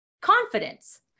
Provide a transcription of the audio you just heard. Confidence